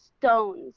stones